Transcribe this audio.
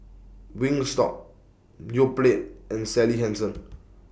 Wingstop Yoplait and Sally Hansen